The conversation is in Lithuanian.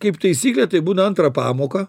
kaip taisyklė tai būna antrą pamoką